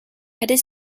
headed